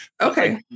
Okay